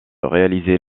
réaliser